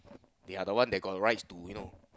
the other one they got the rights to you know